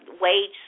wage